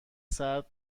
سرد